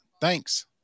Thanks